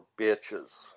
bitches